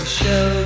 show